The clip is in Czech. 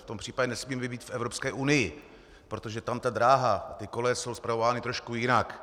V tom případě nesmíme být v Evropské unii, protože tam ta dráha, ty koleje jsou spravovány trošku jinak.